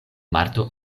marto